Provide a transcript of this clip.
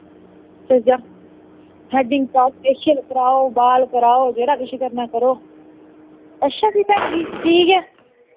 threading कराओ facial कराओ बाल कराओ जेह्ड़ा किश करना करो अच्छा भी भैन जी ठीक ऐ